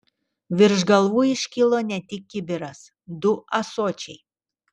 virš galvų iškilo ne tik kibiras du ąsočiai